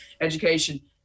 education